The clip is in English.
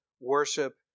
worship